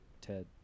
Ted